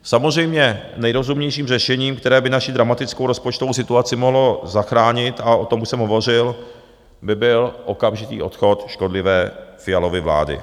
Samozřejmě nejrozumnějším řešením, které by naši dramatickou rozpočtovou situaci mohlo zachránit, a o tom už jsem hovořil, by byl okamžitý odchod škodlivé Fialovy vlády.